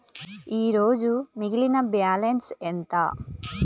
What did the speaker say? ఈరోజు మిగిలిన బ్యాలెన్స్ ఎంత?